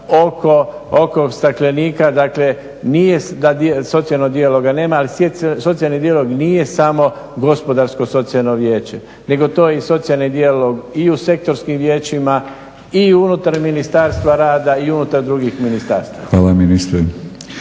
dijaloga nema. Ali socijalni dijalog nije samo Gospodarsko socijalno vijeće, nego to je i socijalni dijalog i u sektorskim vijećima i unutar Ministarstva rada i unutar drugih ministarstava. **Batinić,